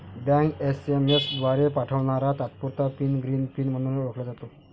bank SMS द्वारे पाठवणारा तात्पुरता पिन ग्रीन पिन म्हणूनही ओळखला जातो